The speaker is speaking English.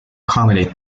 accommodate